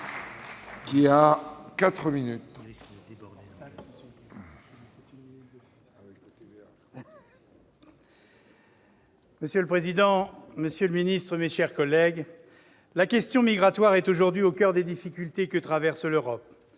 Monsieur le président, monsieur le ministre, mes chers collègues, la question migratoire est aujourd'hui au coeur des difficultés que traverse l'Europe.